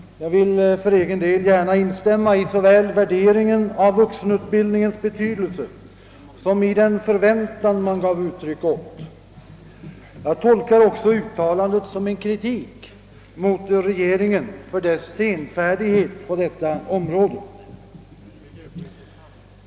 Jag vill för egen del instämma i såväl värderingen av vuxenutbildningens betydelse som den förväntan man gav uttryck åt, och jag tolkar också uttalandet som en kritik mot regeringen för dess senfärdighet på detta område.